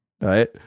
right